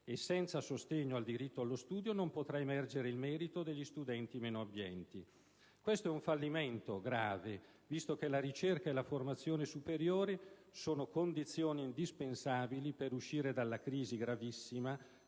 e senza sostegno al diritto allo studio non potrà emergere il merito degli studenti meno abbienti. Questo è un fallimento grave, visto che la ricerca e la formazione superiore sono condizioni indispensabili per uscire dalla gravissima